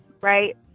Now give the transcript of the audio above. right